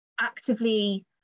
actively